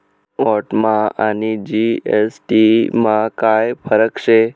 व्हॅटमा आणि जी.एस.टी मा काय फरक शे?